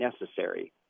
necessary